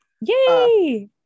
Yay